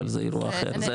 אבל זה אירוע אחר,